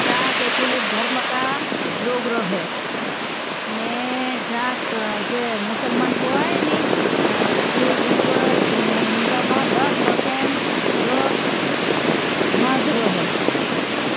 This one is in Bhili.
चा केथोलिक धर्म का लोगरो है। ने जाक जे मुसल्मन को आए नी जे विश्वग इंड्रामां लोग मां जरो है।